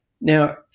Now